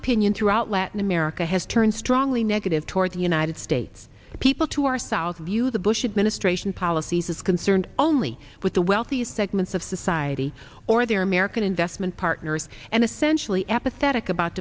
opinion throughout latin america has turned strongly negative toward the united states people to our south view the bush administration policies is concerned only with the wealthiest segments of society or their american investment partners and essentially apathetic about